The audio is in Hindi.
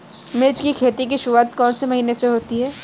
मिर्च की खेती की शुरूआत कौन से महीने में होती है?